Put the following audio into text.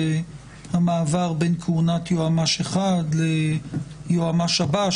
המעבר בין כהונת יועמ"ש אחד ליועמ"ש הבא.